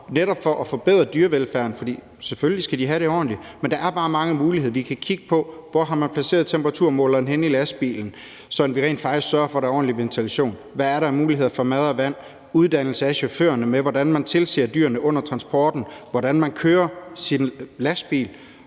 netop at forbedre dyrevelfærden. For selvfølgelig skal de have det ordentligt, men der er også bare mange andre muligheder. Vi kan f.eks. kigge på, hvor man har placeret temperaturmåleren i lastbilen, sådan at vi rent faktisk sørger for, at der er en ordentlig ventilation, hvad der er af muligheder for mad og vand og uddannelse af chaufførerne, med hensyn til hvordan man tilser dyrene under transporten og hvordan man kører sin lastbil,